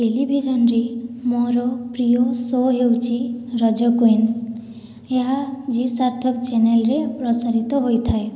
television ରେ ମୋର ପ୍ରିୟ ସୋ ହେଉଛି ରଜ କୁଇନ ଏହା ଜି ସାର୍ଥକ ଚ୍ୟାନେଲରେ ପ୍ରସାରିତ ହୋଇଥାଏ